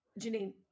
Janine